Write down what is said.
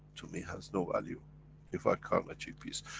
to me has no value if i can't achieve peace.